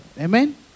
Amen